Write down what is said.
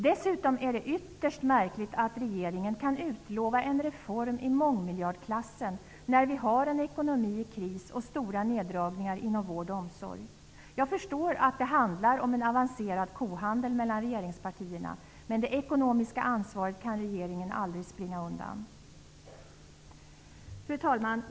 Dessutom är det ytterst märkligt att regeringen kan utlova en reform i mångmiljardklassen när vi har en ekonomi i kris och stora neddragningar inom vård och omsorg. Jag förstår att det handlar om en avancerad kohandel mellan regeringspartierna, men det ekonomiska ansvaret kan regeringen aldrig springa undan. Fru talman!